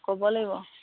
ক'ব লাগিব